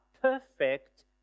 perfect